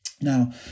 Now